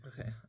Okay